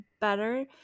better